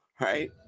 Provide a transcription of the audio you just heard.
right